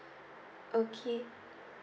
okay